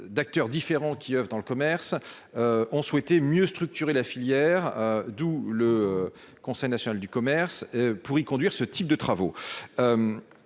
d'acteurs différents qui oeuvrent dans le commerce ont souhaité mieux structurer la filière, d'où le conseil national du commerce pour y conduire ce type de travaux,